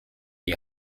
die